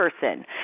person